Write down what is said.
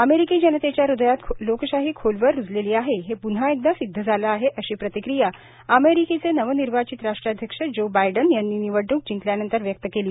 अमेरिकी जनतेच्या हृदयात लोकशाही खोलवर रुजलेली आहे हे प्न्हा एकदा सिद्ध झालं आहे अशी प्रतिक्रीया अमेरिकेचे नवनिर्वाचित राष्ट्राध्यक्ष जो बायडेन यांनी नीवडणूक जिंकल्यानंतर व्यक्त केली